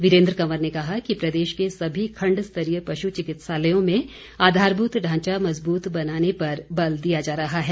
वीरेन्द्र कंवर ने कहा कि प्रदेश के सभी खंड स्तरीय पशु चिकित्सालयों में आधारभूत ढांचा मजबूत बनाने पर बल दिया जा रहा है